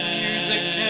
music